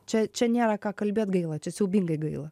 čia čia nėra ką kalbėt gaila čia siaubingai gaila